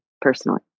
personally